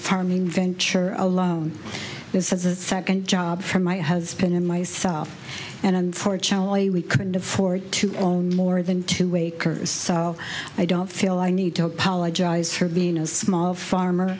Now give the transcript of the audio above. farming venture alone this is a second job for my husband and myself and unfortunately we couldn't afford to own more than two acres so i don't feel i need to apologize for being a small farm